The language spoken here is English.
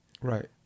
Right